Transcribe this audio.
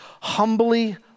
humbly